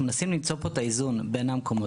אנחנו מנסים למצוא את האיזון בין המקומות.